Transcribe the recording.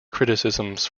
criticisms